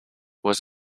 was